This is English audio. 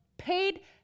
paid